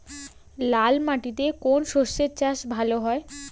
লাল মাটিতে কোন কোন শস্যের চাষ ভালো হয়?